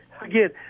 again